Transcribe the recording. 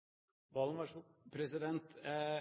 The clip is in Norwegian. Valen at det er god klimapolitikk å subsidiere utslippene fra gasskraftverkene på Kårstø og Mongstad?